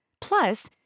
Plus